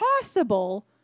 possible